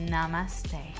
Namaste